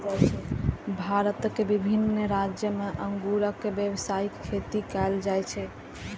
भारतक विभिन्न राज्य मे अंगूरक व्यावसायिक खेती कैल जाइ छै